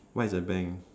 what is a bank